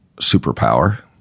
superpower